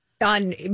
on